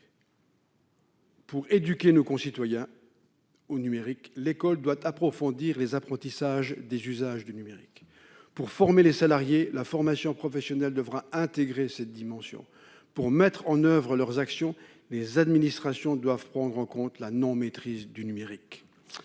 Pour éduquer nos concitoyens au numérique, l'école doit approfondir les apprentissages des usages du numérique. Pour les salariés, la formation professionnelle devra intégrer cette dimension. Pour mettre en oeuvre leurs actions, les administrations doivent prendre en compte la non-maîtrise du numérique.